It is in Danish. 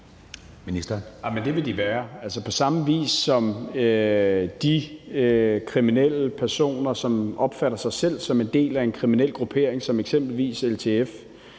Altså, det er på samme vis, som at de kriminelle personer, som opfatter sig selv som en del af en kriminel gruppering som eksempelvis LTF,